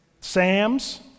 Sam's